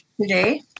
today